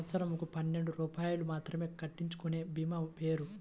సంవత్సరంకు పన్నెండు రూపాయలు మాత్రమే కట్టించుకొనే భీమా పేరు?